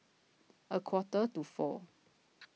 a quarter to four